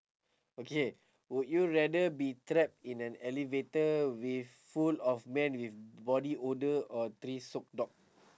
okay would you rather be trapped in an elevator with full of men with body odour or three soaked dog